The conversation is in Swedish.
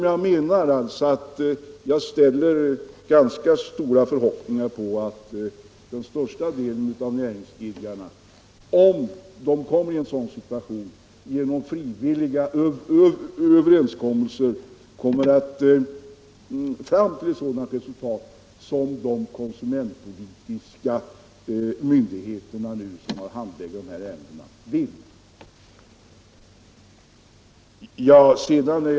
Jag har alltså ganska stora förhoppningar om att den största delen av näringsidkarna, om de kommer i en sådan situation, genom frivilliga överenskommelser skall nå fram till ett sådant resultat som de konsumentpolitiska myndigheterna, som handlägger dessa ärenden, vill åstadkomma.